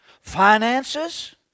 finances